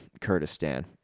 Kurdistan